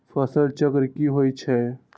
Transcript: फसल चक्र की होई छै?